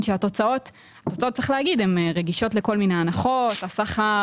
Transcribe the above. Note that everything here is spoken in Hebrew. התוצאות רגישות לכל מיני הנחות לשכר,